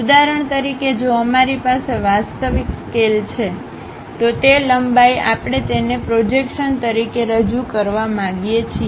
ઉદાહરણ તરીકે જો અમારી પાસે વાસ્તવિક સ્કેલ છે તો તે લંબાઈ આપણે તેને પ્રોજેક્શન તરીકે રજૂ કરવા માંગીએ છીએ